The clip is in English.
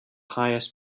highest